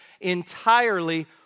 entirely